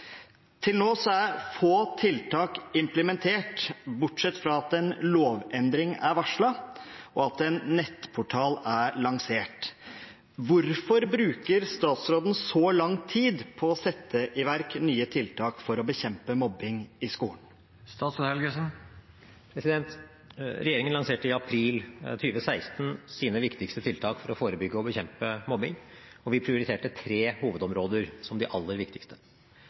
Få tiltak er implementert, bortsett fra at en lovendring er varslet og en nettportal lansert. Hvorfor bruker statsråden så lang tid på å sette i verk nye tiltak for å bekjempe mobbing i skolen?» Regjeringen lanserte i april 2016 sine viktigste tiltak for å forebygge og bekjempe mobbing, og vi prioriterte tre hovedområder som de aller viktigste: